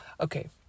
Okay